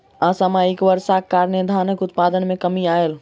असामयिक वर्षाक कारणें धानक उत्पादन मे कमी आयल